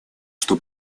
что